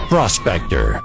Prospector